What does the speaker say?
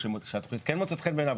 שהתוכנית כן מוצאת חן בעיניו,